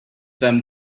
them